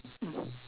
no